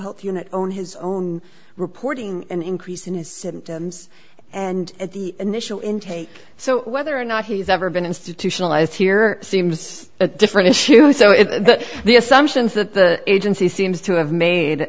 health unit on his own reporting an increase in his symptoms and at the initial intake so whether or not he's ever been institutionalized here seems a different issue but the assumption is the agency seems to have made